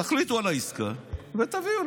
תחליטו על העסקה ותביאו.